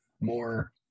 more